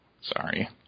Sorry